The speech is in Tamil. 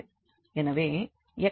எனவே xe xcos y